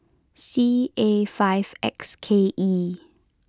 C A five X K E